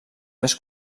més